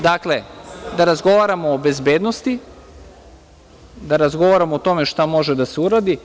Dakle, da razgovaramo o bezbednosti, da razgovaramo o tome šta može da se uradi.